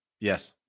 Yes